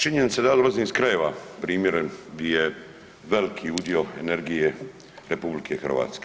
Činjenica da ja dolazim iz krajeva primjeren di je veliki udio energije RH.